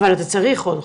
אבל צריך עוד חוקרות?